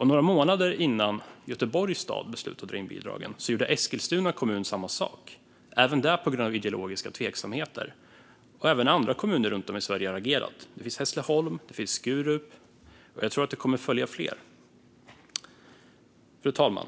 Några månader innan Göteborgs stad beslutade att dra in bidragen gjorde Eskilstuna kommun det, även där på grund av ideologiska tveksamheter. Även andra kommuner runt om i Sverige har agerat, till exempel Hässleholm och Skurup, och jag tror att fler kommer att följa. Fru talman!